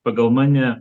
pagal mane